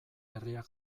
herriak